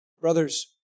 Brothers